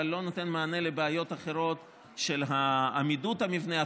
אבל לא נותן מענה לבעיות אחרות של עמידות המבנה.